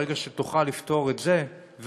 ברגע שתוכל לפתור את זה,